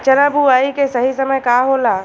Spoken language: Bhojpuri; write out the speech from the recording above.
चना बुआई के सही समय का होला?